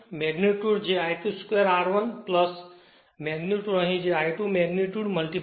magnitude જે I2 2 R1 magnitude અહીં I2 magnitude R2